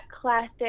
classic